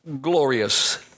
glorious